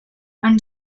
han